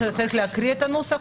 צריך לקרוא עכשיו את הנוסח,